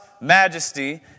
majesty